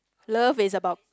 love is about